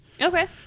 Okay